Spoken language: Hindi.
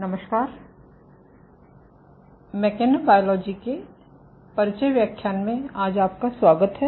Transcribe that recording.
नमस्कार मेकेनोबायोलोजी के परिचय व्याख्यान में आज आपका स्वागत है